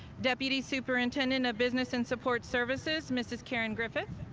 deputy superintendent of business and support services, mrs. karen griffith,